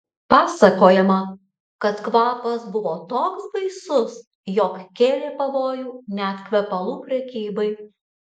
pasakojama kad kvapas buvo toks baisus jog kėlė pavojų net kvepalų prekybai